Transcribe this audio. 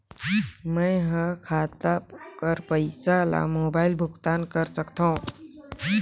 मैं ह खाता कर पईसा ला मोबाइल भुगतान कर सकथव?